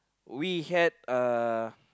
we had uh